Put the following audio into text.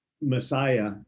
Messiah